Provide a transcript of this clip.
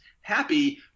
happy